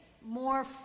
more